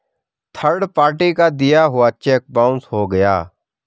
third party का दिया हुआ चेक बाउंस हो गया